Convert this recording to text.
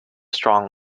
strong